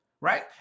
right